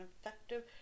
effective